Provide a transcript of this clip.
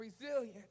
resilient